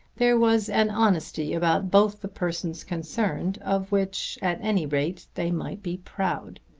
there was an honesty about both the persons concerned of which at any rate they might be proud.